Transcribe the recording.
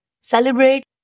celebrate